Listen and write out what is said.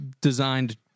designed